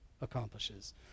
accomplishes